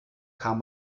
kam